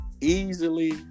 easily